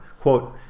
Quote